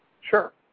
Sure